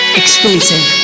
exclusive